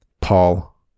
Paul